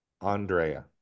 Andrea